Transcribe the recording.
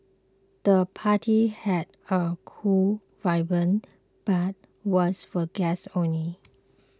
the party had a cool vibe but was for guests only